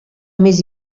més